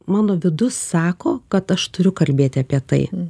mano vidus sako kad aš turiu kalbėti apie tai